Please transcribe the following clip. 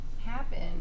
happen